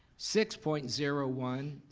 six point zero one,